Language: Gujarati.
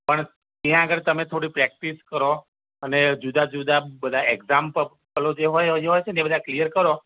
પણ ત્યાં આગળ તમે થોડી પ્રેક્ટિસ કરો અને જુદા જુદા બધા એક્ઝામ બ પ પેલું જે હો હોય ને બધા ક્લીઅર કરો